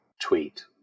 tweet